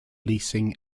leasing